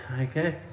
okay